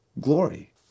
glory